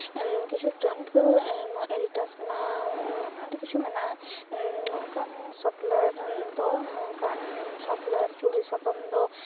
ᱠᱤᱪᱷᱩ ᱴᱨᱮᱱᱤᱝ ᱫᱚ ᱱᱚᱣᱟ ᱮᱨᱤᱴᱟᱥ ᱨᱮᱱᱟᱜ ᱟᱹᱰᱤ ᱠᱤᱪᱷᱩ ᱢᱮᱱᱟᱜᱼᱟ ᱱᱚᱝᱠᱟᱱ ᱥᱟᱯᱞᱟᱭᱟᱨ ᱫᱚ ᱱᱚᱝᱠᱟᱱ ᱥᱟᱯᱞᱟᱭᱟᱨ ᱪᱩᱲᱤ ᱥᱟᱠᱟᱢ ᱫᱚ